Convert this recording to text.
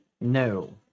no